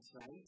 right